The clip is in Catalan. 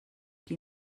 qui